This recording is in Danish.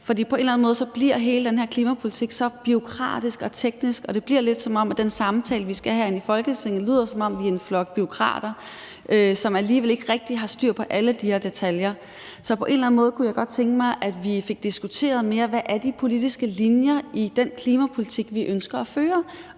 For på en eller anden måde bliver hele den her klimapolitik så bureaukratisk og teknisk, og det bliver lidt, som om vi i den samtale, vi skal have herinde i Folketinget, lyder, som om vi er en flok bureaukrater, som alligevel ikke rigtig har styr på alle de her detaljer. Så på en eller anden måde kunne jeg godt tænke mig at vi fik diskuteret mere, hvad de politiske linjer er i den klimapolitik, vi ønsker at føre,